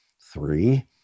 three